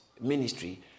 ministry